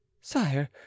sire